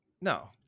No